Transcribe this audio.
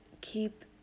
keep